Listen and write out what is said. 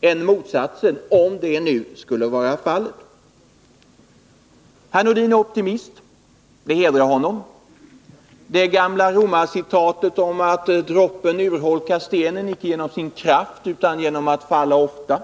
än motsatsen — om något sådant nu skulle vara fallet. Herr Nordin är optimist. Det hedrar honom. Han tyr sig till det gamla romarcitatet om att droppen urholkar stenen, icke genom sin kraft utan 129 genomatt falla ofta.